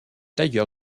tailleur